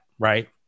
Right